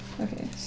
Okay